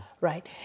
right